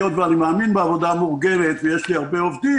היות ואני מאמין בעבודה מאורגנת ויש לי הרבה עובדים